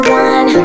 one